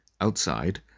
Outside